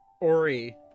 Ori